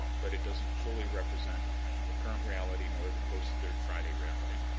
but it doesn't fully represent the current reality nor the post third friday reality.